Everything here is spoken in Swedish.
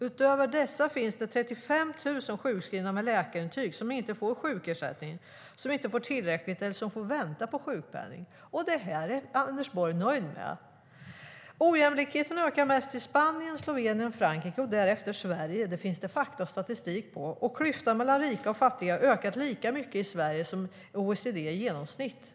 Utöver dessa finns det 35 000 sjukskrivna med läkarintyg som inte får sjukersättning, som inte får tillräckligt eller som får vänta på sjukpenning. Detta är Anders Borg nöjd med! Ojämlikheten ökar mest i Spanien, Slovenien, Frankrike och därefter Sverige. Det finns det statistik på. Klyftan mellan rika och fattiga har ökat lika mycket i Sverige som i OECD i genomsnitt.